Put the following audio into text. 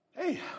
Hey